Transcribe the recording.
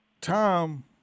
Tom